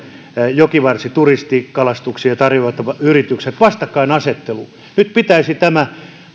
jokivarsien turistikalastuksia tarjoavat yritykset vastakkain nyt pitäisi tämä